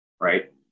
right